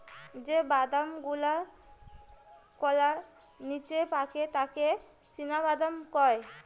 যে বাদাম গুলাওকলার নিচে পাকে তাকে চীনাবাদাম কয়